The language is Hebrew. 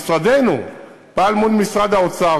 משרדנו פעל מול משרד האוצר,